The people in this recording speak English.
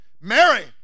Mary